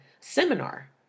seminar